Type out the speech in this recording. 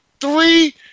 three